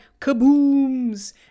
kabooms